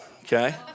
okay